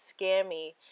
scammy